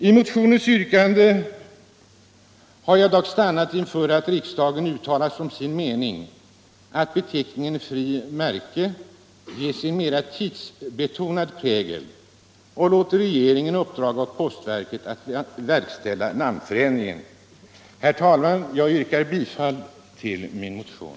I motionens yrkande har jag dock stannat inför att föreslå att riksdagen uttalar som sin mening att beteckningen frimärke ges en mera tidsbetonad prägel och låter regeringen uppdraga åt postverket att verkställa namnförändringen. Herr talman! Jag yrkar bifall till min motion.